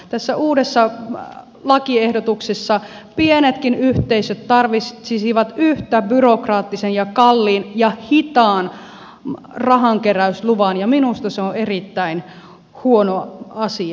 tässä uudessa lakiehdotuksessa pienetkin yhteisöt tarvitsisivat yhtä byrokraattisen ja kalliin ja hitaan rahankeräysluvan ja minusta se on erittäin huono asia